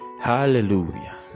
Hallelujah